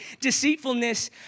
deceitfulness